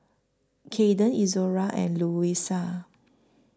Caden Izora and Louisa